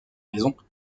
raisons